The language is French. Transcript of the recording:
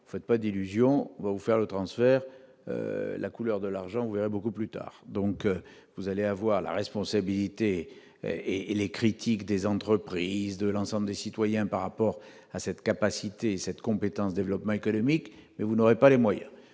faites pas d'illusions, vous faire le transfert, la couleur de l'argent ou beaucoup plus tard donc, vous allez avoir la responsabilité et et les critiques des entreprises de l'ensemble des citoyens par rapport à cette capacité, cette compétence, développement économique, mais vous n'aurait pas les moyens,